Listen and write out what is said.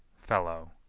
fellow,